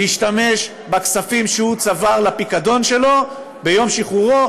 להשתמש בכספים שהוא צבר בפיקדון שלו ביום שחרורו,